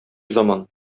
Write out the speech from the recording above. заман